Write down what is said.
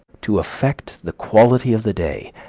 to affect the quality of the day,